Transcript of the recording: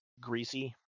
greasy